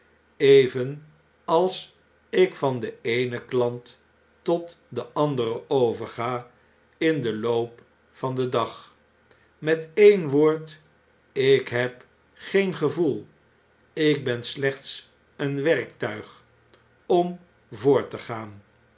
overgegaan evenals ik van den eenen klant tot den anderen overga in den loop van den dag met een woord ik heb geen gevoel ik ben slechts een werktuig om voort te gaan